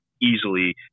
easily